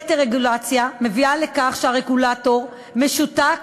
יתר רגולציה מביאה לכך שהרגולטור משותק